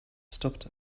stopped